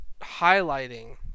highlighting